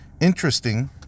Interesting